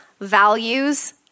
values